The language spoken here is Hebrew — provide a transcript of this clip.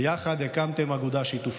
ויחד הקמתם אגודה שיתופית.